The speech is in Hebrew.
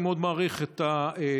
אני מאוד מעריך את התשובה,